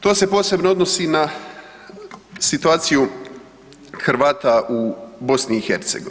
To se posebno odnosi na situaciju Hrvata u BiH.